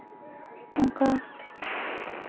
ᱚᱠᱟ